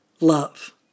love